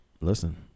Listen